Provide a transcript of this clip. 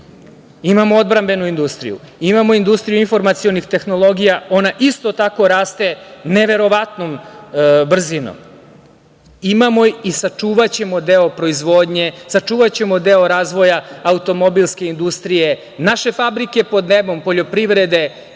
Imamo odbrambenu industriju, imamo industriju informacionih tehnologija, ona isto tako raste neverovatnom brzinom. Imamo i sačuvaćemo deo razvoja automobilske industrije. Naše fabrike pod nebom, poljoprivrede